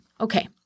Okay